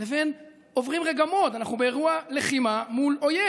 לבין זה שעוברים רגע mode: אנחנו באירוע לחימה מול אויב?